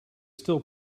still